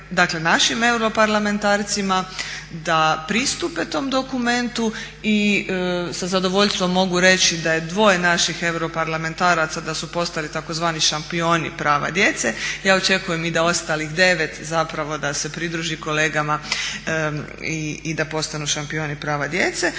dakle našim europarlamentarcima da pristupe tom dokumentu i sa zadovoljstvom mogu reći da je dvoje naših europarlamentaraca da su postali tzv. šampioni prava djece. Ja očekujem i da ostalih 9 zapravo da se pridruži kolegama i da postanu šampioni prava djece.